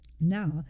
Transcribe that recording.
now